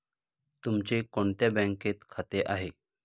तुमचे कोणत्या बँकेत खाते आहे?